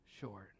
short